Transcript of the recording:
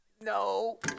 no